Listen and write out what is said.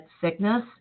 sickness